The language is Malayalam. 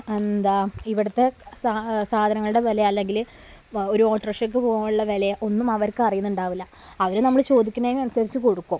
എന്താണ് ഇവിടത്തെ സാധങ്ങളുടെ വില അല്ലെങ്കിൽ ഒരു ഓട്ടോറിക്ഷക്ക് പോവാനുള്ള വില ഒന്നും അവർക്ക് അറിയുന്നുണ്ടാവില്ല അവർ നമ്മൾ ചോദിക്കുന്നതിന് അനുസരിച്ച് കൊടുക്കും അപ്പോൾ